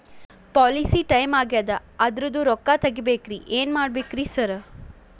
Policy time ಆಗ್ಯಾದ ಅದ್ರದು ರೊಕ್ಕ ತಗಬೇಕ್ರಿ ಏನ್ ಮಾಡ್ಬೇಕ್ ರಿ ಸಾರ್?